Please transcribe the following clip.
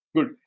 Good